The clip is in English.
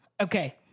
Okay